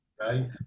right